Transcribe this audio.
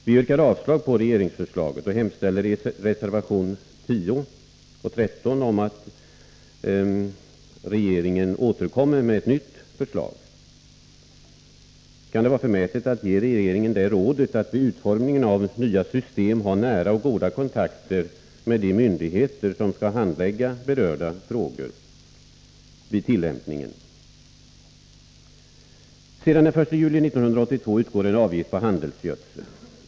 Vi yrkar avslag på regeringsförslaget och hemställer i reservationerna 10 och 13 att regeringen återkommer med ett nytt förslag. Kan det vara förmätet att ge regeringen det rådet att vid utformningen av nya system ha nära och goda kontakter med de myndigheter som skall handlägga berörda frågor vid tillämpningen? Sedan den 1 juli 1982 utgår en avgift på handelsgödsel.